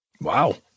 Wow